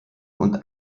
und